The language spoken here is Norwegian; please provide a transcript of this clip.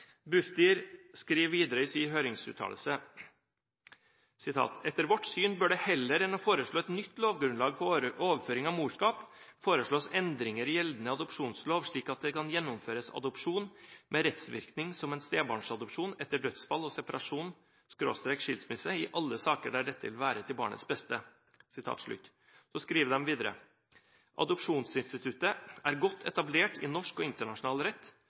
Bufdir skriver videre i sin høringsuttalelse: «Etter vårt syn bør det heller enn å foreslå et nytt lovgrunnlag for overføring av morskap, foreslås endringer i gjeldende adopsjonslov slik at det kan gjennomføres adopsjon med rettsvirkning som en stebarnsadopsjon etter dødsfall og separasjon/skilsmisse i alle saker der dette vil være til barnets beste.» Så skriver de videre: «Adopsjonsinstituttet er godt etablert i norsk og internasjonal rett,